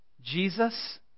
Jesus